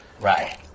Right